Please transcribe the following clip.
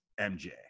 MJ